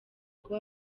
kuba